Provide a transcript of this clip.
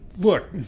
Look